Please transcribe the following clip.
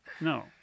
No